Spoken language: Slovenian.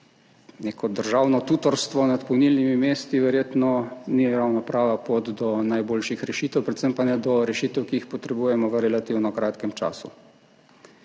neko državno tutorstvo nad polnilnimi mesti verjetno ni ravno prava pot do najboljših rešitev, predvsem pa ne do rešitev, ki jih potrebujemo v relativno kratkem času.